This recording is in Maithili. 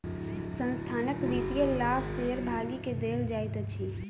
संस्थानक वित्तीय लाभ शेयर भागी के देल जाइत अछि